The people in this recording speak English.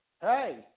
Hey